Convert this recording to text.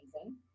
amazing